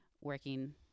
working